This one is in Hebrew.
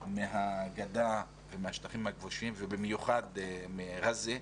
מהגדה ומהשטחים הכבושים ובמיוחד מעזה,